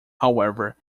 however